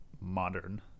modern